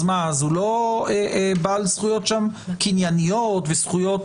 אז הוא לא בעל זכויות קנייניות שם?